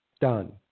done